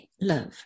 love